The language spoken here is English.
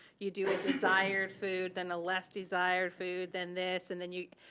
you do a desired food, then a less desired food, then this, and then you,